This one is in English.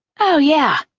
oh, yeah.